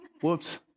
whoops